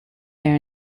their